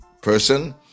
person